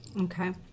Okay